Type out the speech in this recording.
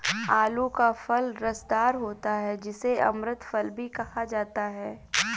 आलू का फल रसदार होता है जिसे अमृत फल भी कहा जाता है